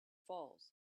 falls